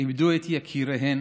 איבדו את יקיריהן,